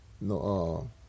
no